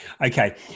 Okay